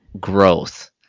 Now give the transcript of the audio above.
growth